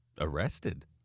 Arrested